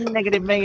Negative